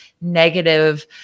negative